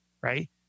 right